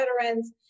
veterans